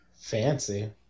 Fancy